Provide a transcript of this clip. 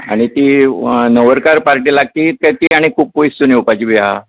आनी ती न्हवरकार पार्टी लागची काय ती ताणें खूब पयस सावन बी येवपाची आसा